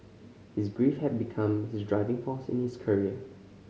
his grief had become his driving force in his career